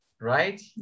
right